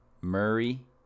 Murray